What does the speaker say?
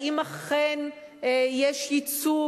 האם אכן יש ייצוג,